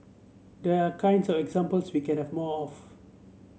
these are kinds of examples we can have more of